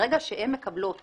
ברגע שהן מקבלות